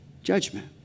Judgment